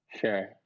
Sure